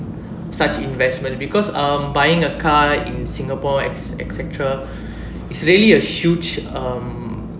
such investment because um buying a car in singapore etc~ et cetera it's really a huge um